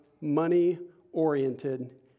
money-oriented